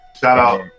Shout-out